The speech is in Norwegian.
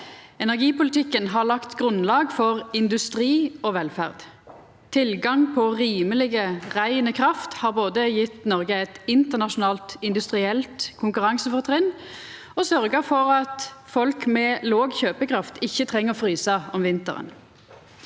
Energipolitikken har lagt grunnlag for industri og velferd. Tilgangen på rimeleg, rein kraft har både gjeve Noreg eit internasjonalt industrielt konkurransefortrinn og sørgt for at folk med låg kjøpekraft ikkje treng å frysa om vinteren.